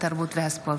התרבות והספורט.